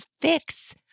fix